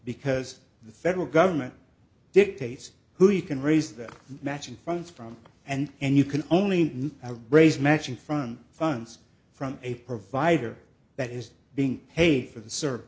because the federal government dictates who you can raise the matching funds from and and you can only raise matching fund funds from a provider that is being paid for th